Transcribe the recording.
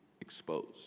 exposed